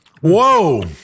Whoa